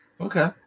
Okay